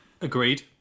Agreed